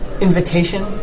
invitation